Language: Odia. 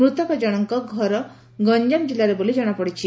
ମୂତକ ଜଶଙ୍କ ଘର ଗଞାମ କିଲ୍କାରେ ବୋଲି ଜଣାପଡ଼ିଛି